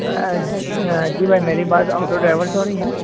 جی بھائی میری بات آٹو ڈرائیور سے ہو رہی ہے